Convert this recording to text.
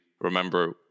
remember